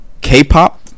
K-pop